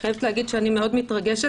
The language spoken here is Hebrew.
אני חייבת לומר שאני מאוד מתרגשת,